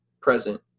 present